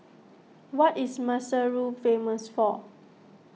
what is Maseru famous for